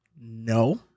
No